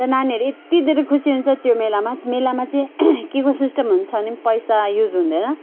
त्यहाँ नानीहरू यत्ति धेरै खुशी हुन्छ त्यो मेलामा मेलामा चाहिँ के को सिस्टम हुन्छ भने पैसा युज हुँदैन